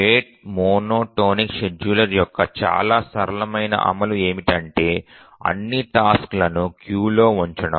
rate monotonic scheduler యొక్క చాలా సరళమైన అమలు ఏమిటంటే అన్ని టాస్క్ లను క్యూలో ఉంచడం